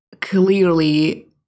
clearly